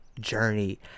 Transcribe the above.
journey